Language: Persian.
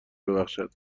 ببخشد